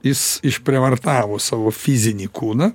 jis išprievartavo savo fizinį kūną